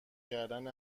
کردن